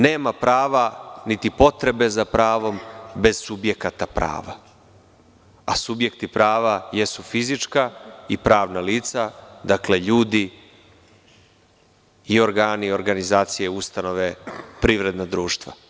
Nema prava niti potrebe za pravom bez subjekata prava, a subjekti prava jesu fizička i pravna lica, ljudi i organi i organizacije, ustanove, privredna društva.